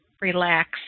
relax